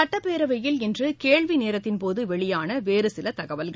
சட்டப்பேரவையில் இன்றகேள்விநேரத்தின் போதுவெளியானவேறுசிலதகவல்கள்